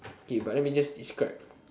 k but let me just describe